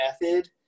method